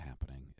happening